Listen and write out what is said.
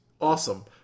awesome